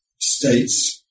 states